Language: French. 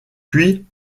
puis